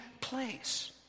place